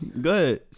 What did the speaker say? good